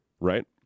right